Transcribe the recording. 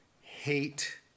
hate